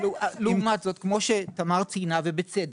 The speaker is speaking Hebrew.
לעומת זאת כמו שתמר ציינה ובצדק,